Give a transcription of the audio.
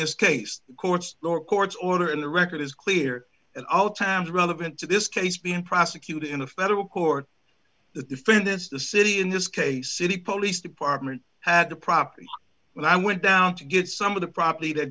this case the courts or courts order and the record is clear at all times relevant to this case being prosecuted in a federal court the defendants the city in this case city police department had the property when i went down to get some of the property t